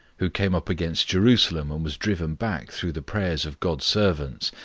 who came up against jerusalem, and was driven back through the prayers of god's servants,